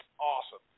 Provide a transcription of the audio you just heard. awesome